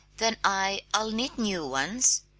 then i i'll knit new ones!